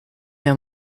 your